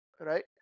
right